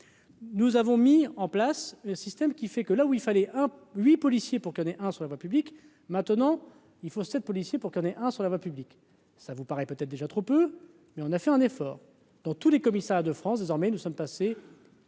nous avons mis en place un système qui fait que là où il fallait hein 8 policiers pour, qu'en est un, sur la voie publique, maintenant il faut 7 policiers pour qu'on sur la voie publique, ça vous paraît peut-être déjà trop peu, mais on a fait un effort dans tous les commissariats de France désormais, nous sommes passés.